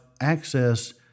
access